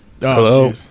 hello